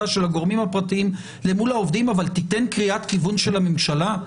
של הגורמים הפרטיים אל מול העובדים אבל תן קריאת כיוון של הממשלה?